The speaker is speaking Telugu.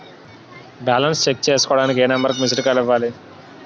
బాలన్స్ చెక్ చేసుకోవటానికి ఏ నంబర్ కి మిస్డ్ కాల్ ఇవ్వాలి?